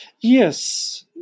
Yes